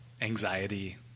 anxiety